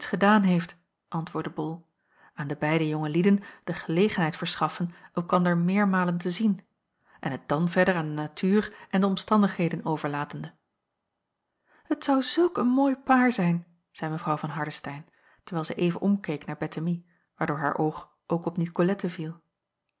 gedaan heeft antwoordde bol aan de beide jonge lieden de gelegenheid verschaffen elkander meermalen te zien en het dan verder aan de natuur en de omstandigheden overlaten het zou zulk een mooi paar zijn zeî mw van hardestein terwijl zij even omkeek naar bettemie waardoor haar oog ook op nicolette viel